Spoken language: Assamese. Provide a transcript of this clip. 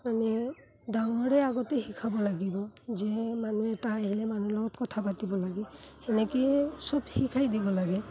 মানে ডাঙৰে আগতে শিকাব লাগিব যে মানুহ এটা আহিলে মানুহৰ লগত কথা পাতিব লাগে সেনেকৈয়ে চব শিকাই দিব লাগে